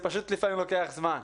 לפעמים זה לוקח זמן.